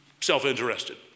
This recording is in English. self-interested